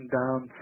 down